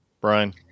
brian